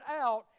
out